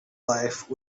life